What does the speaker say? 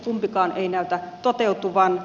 kumpikaan ei näytä toteutuvan